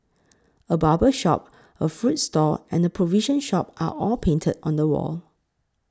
a barber shop a fruit stall and provision shop are all painted on the wall